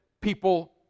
people